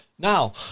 Now